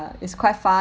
it's quite fun